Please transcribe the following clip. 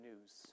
news